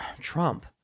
Trump